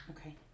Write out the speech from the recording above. Okay